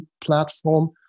platform